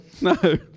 No